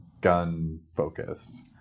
gun-focused